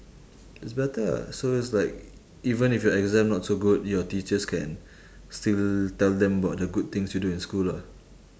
it's better lah so it's like even if your exam not so good your teachers can still tell them about the good things you do in school lah